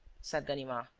said ganimard.